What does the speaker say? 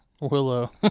Willow